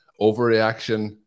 Overreaction